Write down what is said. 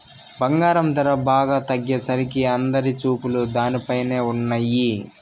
బంగారం ధర బాగా తగ్గేసరికి అందరి చూపులు దానిపైనే ఉన్నయ్యి